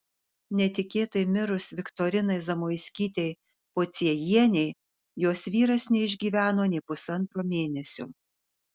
netikėtai mirus viktorinai zamoiskytei pociejienei jos vyras neišgyveno nė pusantro mėnesio